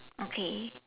okay